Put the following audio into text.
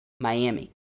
Miami